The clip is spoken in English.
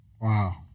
Wow